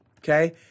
Okay